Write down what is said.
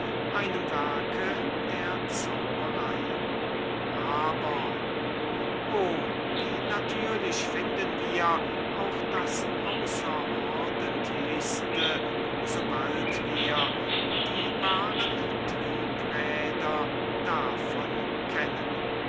einem werke der zauberei aber caecas hominum mentes wie natürlich geht auch das außerordentlichste zu sobald wir die wahren triebräder davon kennen